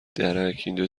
درکاینجا